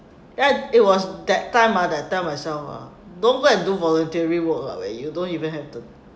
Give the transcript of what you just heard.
that it was that time ah I tell myself ah don't go and do voluntary work lah when you don't even have the